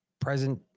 present